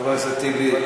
בשעה 05:00?